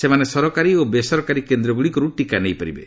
ସେମାନେ ସରକାରୀ ଓ ବେସରକାରୀ କେନ୍ଦ୍ରଗୁଡ଼ିକରୁ ଟିକା ନେଇପାରିବେ